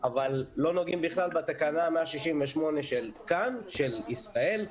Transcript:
אבל לא נוגעות בכלל בתקנה 168 של כאן, של ישראל?